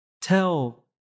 Tell